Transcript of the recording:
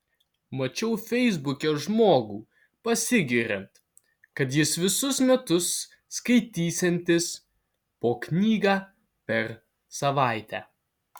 mačiau feisbuke žmogų pasigiriant kad jis visus metus skaitysiantis po knygą per savaitę